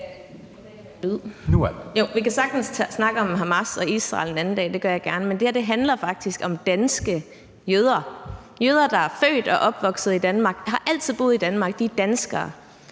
Vi kan sagtens snakke om Hamas og Israel en anden dag. Det gør jeg gerne. Men det her handler faktisk om danske jøder. Det er jøder, der er født og opvokset i Danmark. De har altid boet i Danmark. De er danskere.